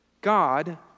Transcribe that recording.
God